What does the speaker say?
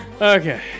Okay